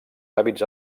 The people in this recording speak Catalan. hàbits